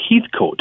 Heathcote